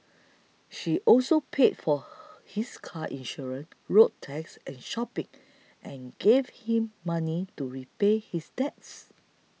she also paid for his car insurance road tax and shopping and gave him money to repay his debts